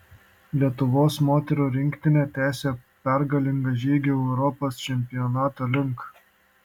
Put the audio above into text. lietuvos moterų rinktinė tęsia pergalingą žygį europos čempionato link